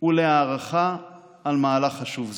ולהערכה על מהלך חשוב זה.